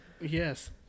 Yes